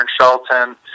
Shelton